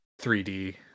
3D